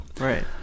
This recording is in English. right